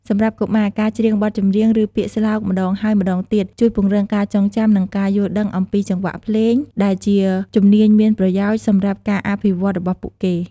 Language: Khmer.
សម្រាប់កុមារ ការច្រៀងបទចម្រៀង ឬពាក្យស្លោកម្តងហើយម្តងទៀត ជួយពង្រឹងការចងចាំ និងការយល់ដឹងអំពីចង្វាក់ភ្លេង ដែលជាជំនាញមានប្រយោជន៍សម្រាប់ការអភិវឌ្ឍន៍របស់ពួកគេ។